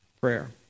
prayer